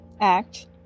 act